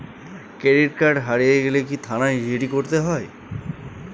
Credit card হারিয়ে গেলে কি থানায় জি.ডি করতে হয়?